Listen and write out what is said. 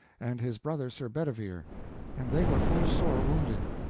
and his brother sir bedivere and they were full sore wounded.